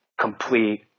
complete